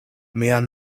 mian